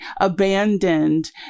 abandoned